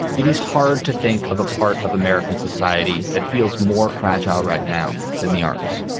it is hard to think of a part of american society that feels more fragile right now than the arts.